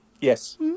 Yes